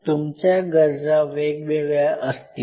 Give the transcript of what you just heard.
तुमच्या गरजा वेग वेगळ्या असतील